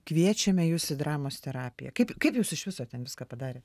kviečiame jus į dramos terapiją kaip kaip jūs iš viso ten viską padarėt